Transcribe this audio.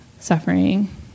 suffering